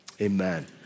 Amen